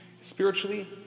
spiritually